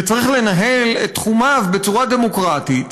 שצריך לנהל את תחומיו בצורה דמוקרטית,